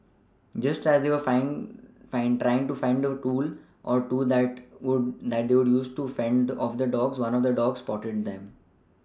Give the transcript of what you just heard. just as they were flying find finding to find a tool or two that would that to use to fend the off the dogs one of the dogs spotted them